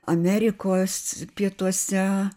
amerikos pietuose